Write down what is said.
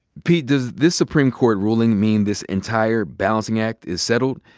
pete, does this supreme court ruling mean this entire balancing act is settled?